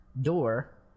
door